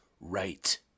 right